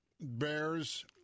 bears